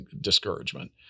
discouragement